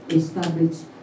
established